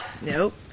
Nope